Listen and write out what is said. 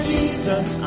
Jesus